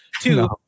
two